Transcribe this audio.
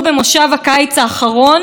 ולא רק שלא היה להם רוב אמיתי בציבור,